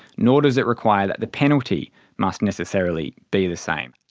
nor does it require that the penalty must necessarily be the same.